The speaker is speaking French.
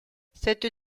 cette